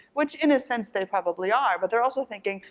which in a sense they probably are, but they're also thinking,